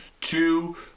two